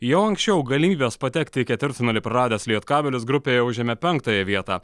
jau anksčiau galimybes patekti į ketvirtfinalį praradęs lietkabelis grupėje užėmė penktąją vietą